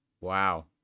Wow